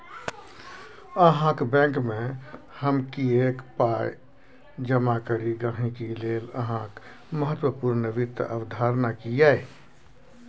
अहाँक बैंकमे हम किएक पाय जमा करी गहिंकी लेल अहाँक महत्वपूर्ण वित्त अवधारणा की यै?